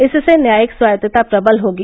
इससे न्यायिक स्वायत्तता प्रबल होगी